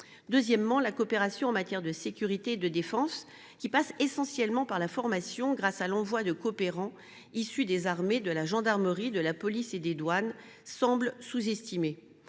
Deuxièmement, la coopération en matière de sécurité et de défense, qui passe essentiellement par la formation grâce à l’envoi de coopérants issus des armées, de la gendarmerie, de la police et des douanes, semble sous estimée.